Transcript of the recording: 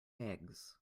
eggs